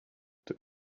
took